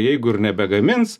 jeigu ir nebegamins